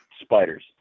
spiders